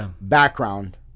background